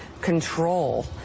control